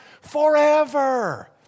forever